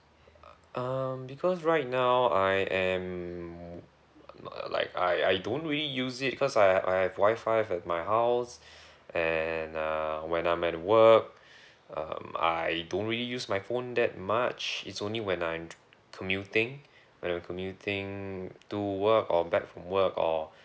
uh because right now I am not err like I I don't really use it because I have I have wi-fi at my house and uh when I'm at work um I don't really use my phone that much it's only when I'm commuting when I commuting to work or back from work or